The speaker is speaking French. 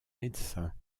médecins